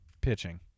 pitching